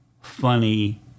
funny